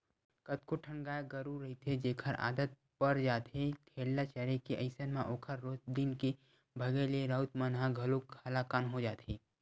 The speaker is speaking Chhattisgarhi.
कतको ठन गाय गरु रहिथे जेखर आदत पर जाथे हेल्ला चरे के अइसन म ओखर रोज दिन के भगई ले राउत मन ह घलोक हलाकान हो जाथे